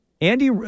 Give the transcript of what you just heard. Andy